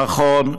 נכון,